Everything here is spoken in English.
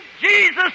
Jesus